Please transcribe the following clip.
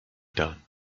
done